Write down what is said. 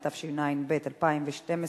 התשע"ב 2012,